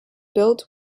built